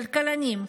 כלכלנים.